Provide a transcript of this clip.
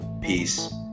peace